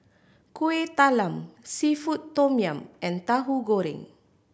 Kuih Talam seafood tom yum and Tauhu Goreng